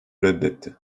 reddetti